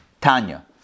Tanya